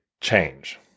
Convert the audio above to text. change